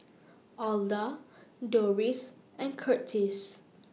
Alda Dorris and Curtiss